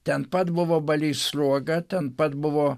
ten pat buvo balys sruoga ten pat buvo